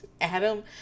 Adam